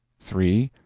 three.